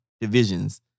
divisions